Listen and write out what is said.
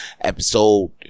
episode